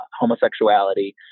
homosexuality